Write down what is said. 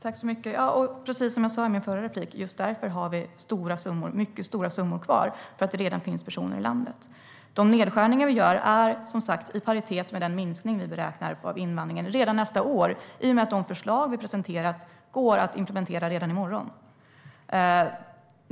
Herr talman! Precis som jag sa i min förra replik: Just därför har vi mycket stora summor kvar - därför att det redan finns personer i landet. De nedskärningar som vi gör är som sagt i paritet med den minskning av invandringen som vi beräknar redan nästa år, i och med att de förslag som vi presenterar går att implementera redan i morgon.